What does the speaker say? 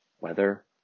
weather